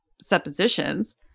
suppositions